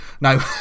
No